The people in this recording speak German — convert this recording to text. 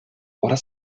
oder